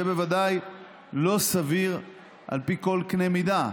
זה בוודאי לא סביר על פי כל קנה מידה.